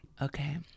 Okay